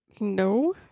no